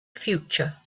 future